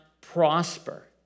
prosper